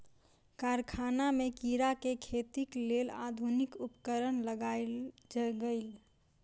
कारखाना में कीड़ा के खेतीक लेल आधुनिक उपकरण लगायल गेल